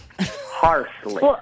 harshly